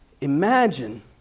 Imagine